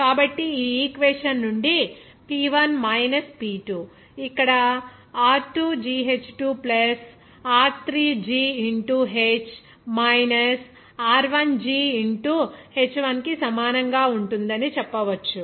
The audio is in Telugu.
కాబట్టి ఈ ఈక్వేషన్ నుండి P 1 మైనస్ P 2 ఇక్కడ r2gh2 r3g into h minus r1g into h1 కి సమానంగా ఉంటుంది అని చెప్పవచ్చు